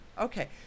Okay